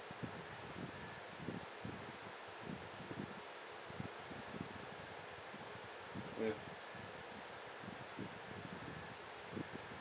uh